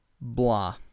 blah